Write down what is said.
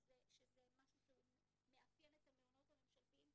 שזה משהו שמאפיין את המעונות הממשלתיים,